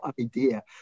idea